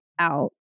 out